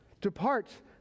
depart